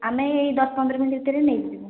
ଆମେ ଏଇ ଦଶ୍ ପନ୍ଦର୍ ମିନିଟ୍ ଭିତରେ ନେଇଯିବୁ